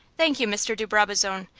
thank you, mr. de brabazon,